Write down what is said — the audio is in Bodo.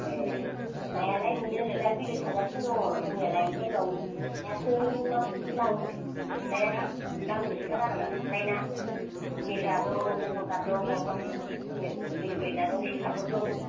एह नायालाय मोनो दा बिलो सारगासिनो दङ दंनायालाय ओमफ्राय उनाव नायासो नों माबायदिखौ लाङो नाया दाम जोबथार आरो ना नालाय ना मिरगा दं खमनकाद दं माबा माबि बेलेग बेलेग ना दं सिलफारफोर दं